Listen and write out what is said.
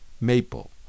Maple